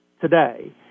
today